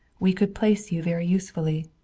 we could place you very usefully.